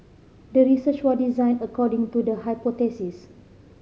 the research was designed according to the hypothesis